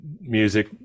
music